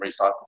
recycle